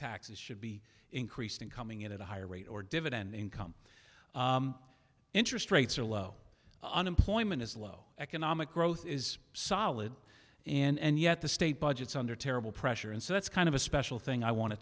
taxes should be increased and coming in at a higher rate or dividend income interest rates are low unemployment is low economic growth is solid and yet the state budgets under terrible pressure and so that's kind of a special thing i want to